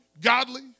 godly